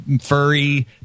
furry